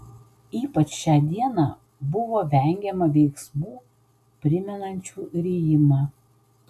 ypač šią dieną buvo vengiama veiksmų primenančių rijimą